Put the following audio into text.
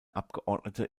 abgeordnete